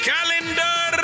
Calendar